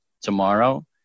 tomorrow